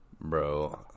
Bro